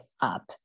up